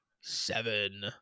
seven